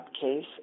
case